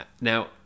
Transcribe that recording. Now